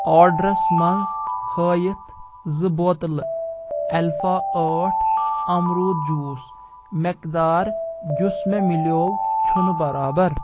orders منٛز ہٲوِتھ زٕ بوتلہٕ ایلپھا ٲٹھ امروٗد جوٗس مٮ۪قدار یُس مےٚ مِلیو چھُنہٕ برابر